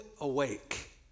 awake